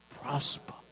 Prosper